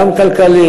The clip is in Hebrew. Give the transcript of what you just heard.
גם כלכלי,